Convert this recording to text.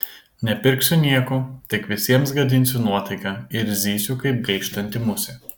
nepirksiu nieko tik visiems gadinsiu nuotaiką ir zysiu kaip gaištanti musė